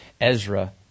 Ezra